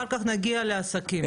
אחר כך נגיע לעסקים.